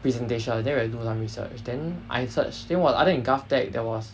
presentation then when I do some research then I search then while other than GovTech there was